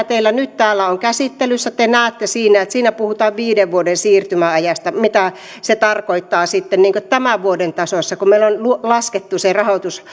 teillä nyt täällä on käsittelyssä te näette että siinä puhutaan viiden vuoden siirtymäajasta mitä se tarkoittaa sitten tämän vuoden tasossa kun meillä on laskettu se rahoitus